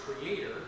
creator